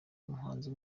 umuhanzi